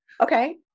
okay